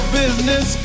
business